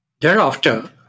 Thereafter